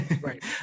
Right